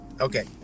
okay